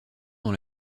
dans